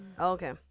Okay